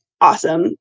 awesome